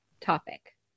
topic